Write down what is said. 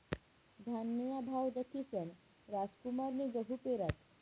धान्यना भाव दखीसन रामकुमारनी गहू पेरात